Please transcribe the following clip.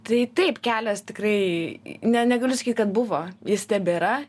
tai taip kelias tikrai ne negaliu sakyt kad buvo jis tebėra